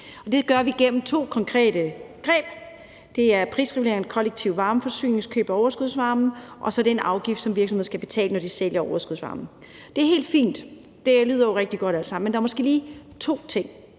det gør vi gennem to konkrete greb: en prisregulering af det kollektive varmeforsyningskøb af overskudsvarmen og en afgift, som virksomhederne skal betale, når de sælger overskudsvarmen. Det er helt fint, og det lyder jo alt sammen rigtig godt, men der er måske lige to ting,